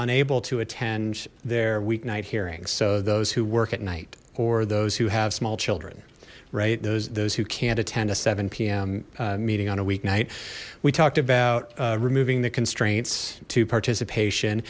unable to attend their week night hearings so those who work at night or those who have small children right those those who can't attend a seven zero p m meeting on a weeknight we talked about removing the constraints to participation